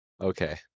Okay